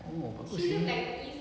oh aku pun dia kenal